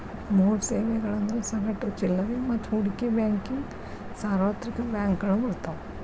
ಮೂರ್ ಸೇವೆಗಳಂದ್ರ ಸಗಟು ಚಿಲ್ಲರೆ ಮತ್ತ ಹೂಡಿಕೆ ಬ್ಯಾಂಕಿಂಗ್ ಸಾರ್ವತ್ರಿಕ ಬ್ಯಾಂಕಗಳು ಬರ್ತಾವ